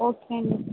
okay అండి